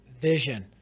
vision